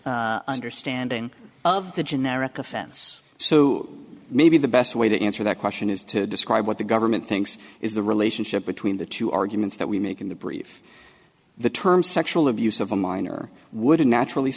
understanding of the generic offense so maybe the best way to answer that question is to describe what the government thinks is the relationship between the two arguments that we make in the brief the term sexual abuse of a minor would naturally